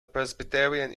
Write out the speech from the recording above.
presbyterian